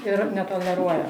ir netoleruoja